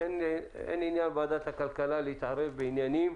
אין עניין ועדת הכלכלה להתערב בעניינים